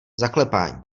zaklepání